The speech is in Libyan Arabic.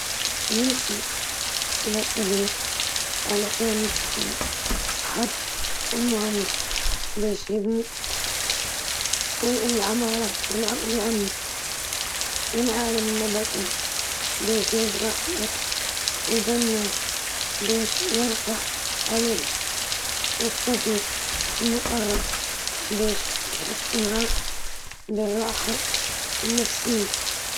نأخذ عالم فيزياء، مهندس، طبيب، طباخ، وصديق مقرب للمعنويات، كلهم ضروريين للبقاء.